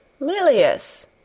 Lilius